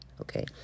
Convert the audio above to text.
Okay